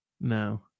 No